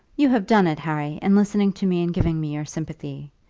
you have done it, harry, in listening to me and giving me your sympathy.